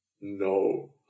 No